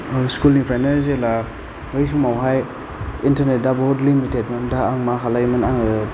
school निफ्रायनो जेब्ला बै समावहाय इन्टारनेटा बहुद लिमिटेड मोन दा आं मा खालायमोनो आङो